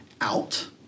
out